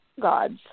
gods